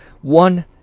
one